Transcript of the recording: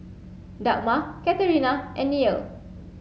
Dagmar Katerina and Neal